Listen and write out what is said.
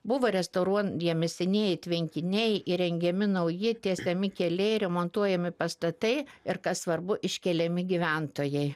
buvo restauruojami senieji tvenkiniai įrengiami nauji tiesiami keliai remontuojami pastatai ir kas svarbu iškeliami gyventojai